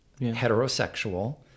heterosexual